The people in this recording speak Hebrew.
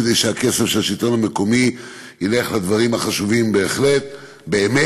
כדי שהכסף של השלטון המקומי ילך לדברים החשובים באמת,